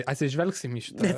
atsižvelgsim į šitą